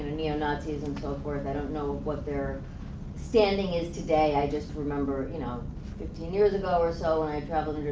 neo-nazis and so forth, i don't know what their standing is today, i just remember you know fifteen years ago or so when i traveled and